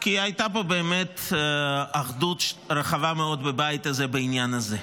כי הייתה פה באמת אחדות רחבה מאוד בבית הזה בעניין הזה,